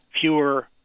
fewer